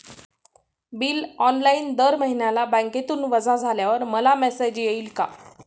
Bill online दर महिन्याला बँकेतून वजा झाल्यावर मला मेसेज येईल का?